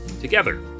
together